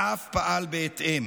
ואף פעל בהתאם.